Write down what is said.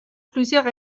plusieurs